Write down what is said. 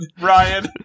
Ryan